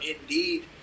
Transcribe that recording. indeed